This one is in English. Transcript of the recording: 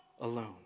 alone